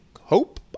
hope